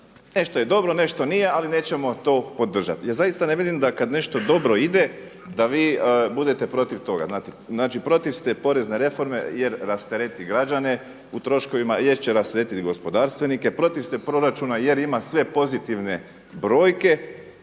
nešto je dobro, nešto nije ali nećemo to podržati. Ja zaista ne vidim da kad nešto dobro ide da vi budete protiv toga. Znači protiv ste porezne reforme jer rastereti građane u troškovima, jer će rasteretiti gospodarstvenike, protiv ste proračuna jer ima sve pozitivne brojke